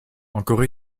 encore